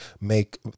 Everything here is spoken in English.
make